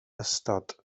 ystod